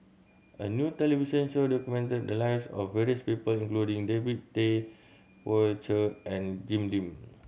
a new television show documented the lives of various people including David Tay Poey Cher and Jim Lim